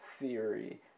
theory